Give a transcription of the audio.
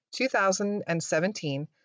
2017